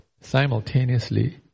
simultaneously